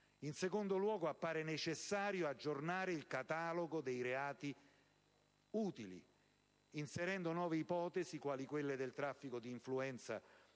in secondo luogo, appare necessario aggiornare il catalogo dei reati utili, inserendo nuove ipotesi quali quelle di traffico di influenze